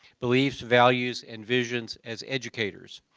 beliefs, values and visions as educators.